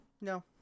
No